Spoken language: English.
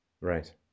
Right